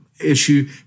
issue